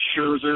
Scherzer